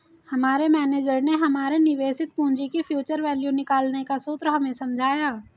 हमारे मेनेजर ने हमारे निवेशित पूंजी की फ्यूचर वैल्यू निकालने का सूत्र हमें समझाया